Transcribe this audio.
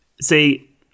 See